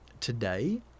Today